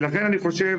לכן אני חושב